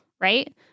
right